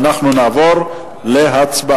לאחר מכן נעבור להצבעה.